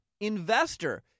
investor